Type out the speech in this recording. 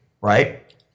right